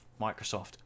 Microsoft